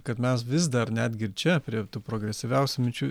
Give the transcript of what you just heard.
kad mes vis dar netgi ir čia prie tų progresyviausių minčių